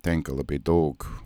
tenka labai daug